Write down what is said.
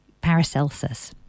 Paracelsus